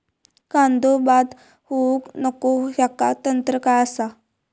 कांदो बाद होऊक नको ह्याका तंत्र काय असा?